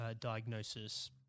diagnosis